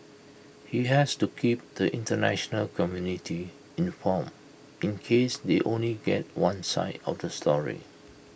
he has to keep the International community informed in case they only get one side of the story